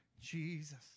Jesus